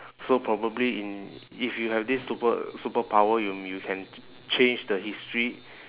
so probably in if you have this super~ superpower you m~ you can ch~ change the history